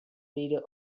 leader